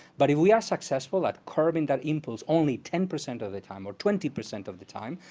but if we are successful at curbing that impulse only ten percent of the time, or twenty percent of the time,